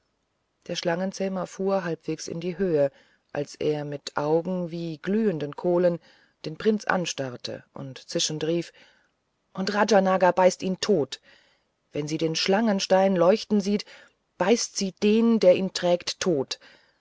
der schlangenzähmer fuhr halbwegs in die höhe als er mit augen wie glühende kohlen den prinzen anstarrte und zischend rief und rajanaga beißt ihn tot wenn sie den schlangenstein leuchten sieht beißt sie den der ihn trägt tot